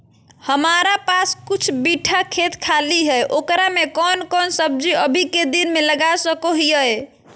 हमारा पास कुछ बिठा खेत खाली है ओकरा में कौन कौन सब्जी अभी के दिन में लगा सको हियय?